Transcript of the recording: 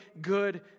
good